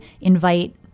invite